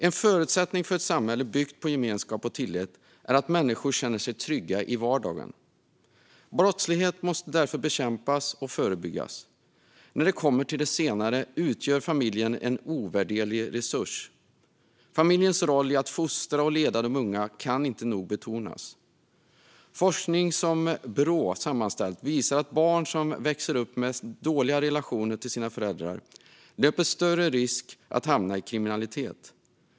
En förutsättning för ett samhälle byggt på gemenskap och tillit är att människor känner sig trygga i vardagen. Brottslighet måste därför både bekämpas och förebyggas. När det kommer till det senare utgör familjen en ovärderlig resurs. Familjens roll i att fostra och leda de unga kan inte nog betonas. Forskning som Brå sammanställt visar att barn som växer upp med dåliga relationer till sina föräldrar löper större risk att hamna i kriminalitet.